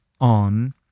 on